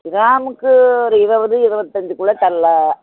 கிராமுக்கு ஒரு இருவது இருவத்தஞ்சிக்குள்ள தரலாம்